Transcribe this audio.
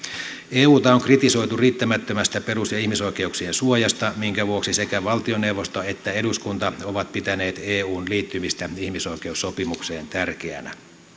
euta on kritisoitu riittämättömästä perus ja ihmisoikeuksien suojasta minkä vuoksi sekä valtioneuvosto että eduskunta ovat pitäneet eun liittymistä ihmisoikeussopimukseen tärkeänä